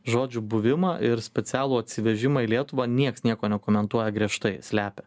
žodžiu buvimą ir specialų atsivežimą į lietuvą niekas nieko nekomentuoja griežtai slepia